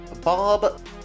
Bob